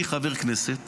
אני חבר כנסת